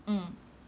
mm